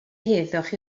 heddwch